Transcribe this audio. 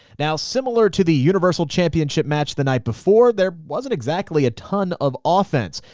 now similar to the universal championship match the night before, there wasn't exactly a ton of offense.